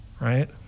right